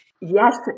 Yes